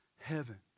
heaven